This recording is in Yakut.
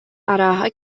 арааһа